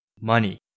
Money